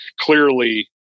clearly